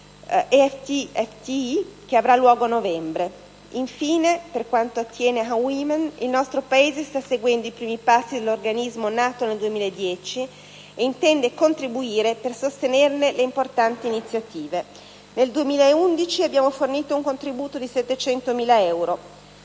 dell'EFT-FTI che avrà luogo a novembre. Infine, per quanto attiene a UN Women, il nostro Paese sta seguendo i primi passi dell'organismo nato nel 2010 e intende contribuire per sostenerne le importanti iniziative. Nel 2011 abbiamo fornito un contributo di 700.000 euro.